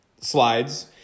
slides